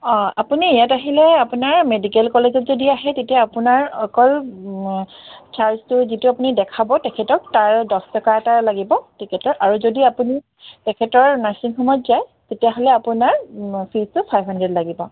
অঁ আপুনি ইয়াত আহিলে আপোনাৰ মেডিকেল কলেজত যদি আহে তেতিয়া আপোনাৰ অকল চাৰ্জটো যিটো আপুনি দেখাব তেখেতক তাৰ দহ টকা এটা লাগিব তেখেতৰ আৰু যদি আপুনি তেখেতৰ নাৰ্ছিং হোমত যায় তেতিয়াহ'লে আপোনাৰ ফিজটো ফাইভ হাণ্ড্ৰেড লাগিব